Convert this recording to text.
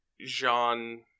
Jean